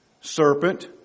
serpent